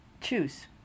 choose